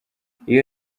iyo